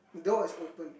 the door is open